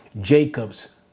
Jacob's